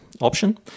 option